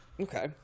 okay